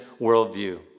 worldview